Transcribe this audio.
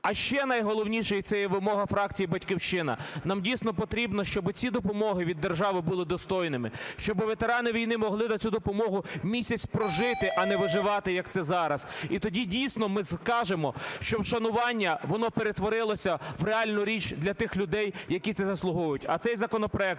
А ще найголовніше, і це є вимога фракції "Батьківщина", нам дійсно потрібно, щоб ці допомоги від держави були достойними, щоб ветерани війни могли на цю допомогу місяць прожити, а не виживати, як це зараз. І тоді дійсно ми скажемо, що вшанування, воно перетворилося в реальну річ для тих людей, які це заслуговують. А цей законопроект